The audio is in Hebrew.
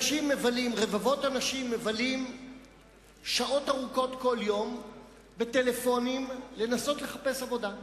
ורבבות אנשים מבלים שעות ארוכות כל יום בטלפונים בניסיון לחפש עבודה.